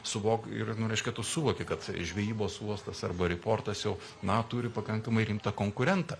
suvok ir nu reiškia tu suvoki kad žvejybos uostas arba riportas jau na turi pakankamai rimtą konkurentą